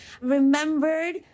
remembered